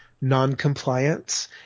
non-compliance